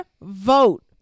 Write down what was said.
vote